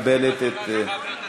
מקבלת את,